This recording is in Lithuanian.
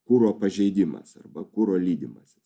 kuro pažeidimas arba kuro lydymasis